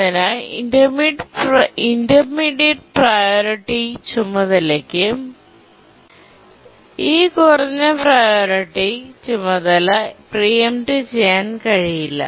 അതിനാൽ intermediate priority ചുമതലയ്ക്ക് ഈ കുറഞ്ഞ പ്രിയോറിറ്റി ചുമതല പ്രീ എംപ്ട് ചെയ്യാൻ കഴിയില്ല